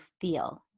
feel